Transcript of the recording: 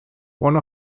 one